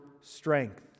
strength